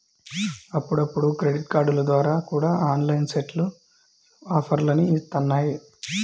అప్పుడప్పుడు క్రెడిట్ కార్డుల ద్వారా కూడా ఆన్లైన్ సైట్లు ఆఫర్లని ఇత్తన్నాయి